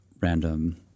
random